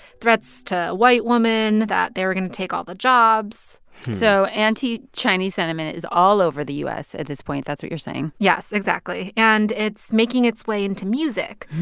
threats to white woman, that they're going to take all the jobs so anti-chinese sentiment is all over the u s. at this point, that's what you're saying yes, exactly. and it's making its way into music.